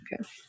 Okay